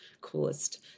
coolest